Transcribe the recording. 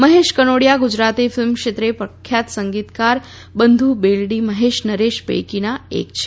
Mahesh Kanodia Gujarati film ક્ષેત્રે પ્રખ્યાત સંગીતકાર બન્ધુ બેલડી મહેશ નરેશ પૈકીના એક છે